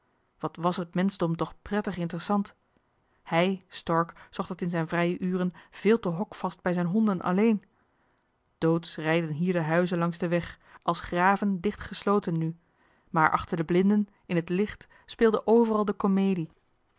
wat was het menschdom toch prettig interessant hij stork zocht het in zijn vrije uren veel te hokvast bij zijn honden alleen doodsch rijden hier de huizen langs den weg als graven dichtgesloten nu maar achter de blinden in het licht speelde overal de komedie